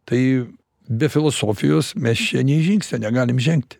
tai be filosofijos mes čia nė žingsnio negalim žengti